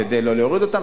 כדי לא להוריד אותם,